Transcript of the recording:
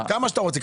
כמה שאתה רוצה.